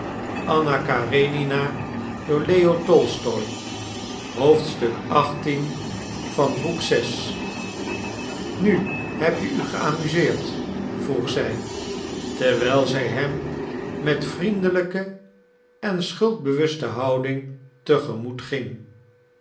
nu heb je u geamuseerd vroeg zij terwijl zij hem met vriendelijke en schuldbewuste houding te gemoet ging